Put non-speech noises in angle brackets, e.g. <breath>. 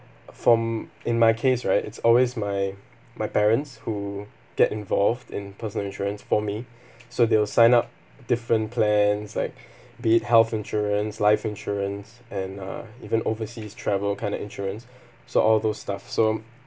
from in my case right it's always my my parents who get involved in personal insurance for me <breath> so they'll sign up different plans like be it health insurance life insurance and uh even overseas travel kind of insurance so all those stuff so